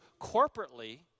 corporately